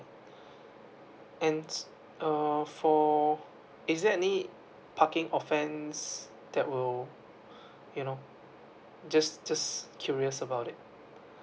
and um for is there any parking offence that were you know just just curious about it